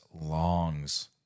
longs